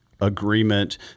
agreement